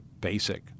basic